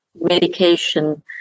medication